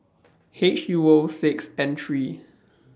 H U O six N three